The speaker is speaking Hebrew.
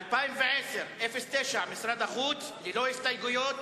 סעיף 09, משרד החוץ, לשנת 2010, ללא הסתייגויות.